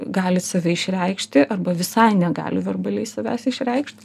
gali save išreikšti arba visai negali verbaliai savęs išreikšt